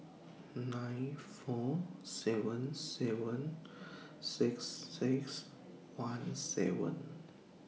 nine four seven seven six six one seven